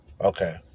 okay